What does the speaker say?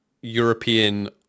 european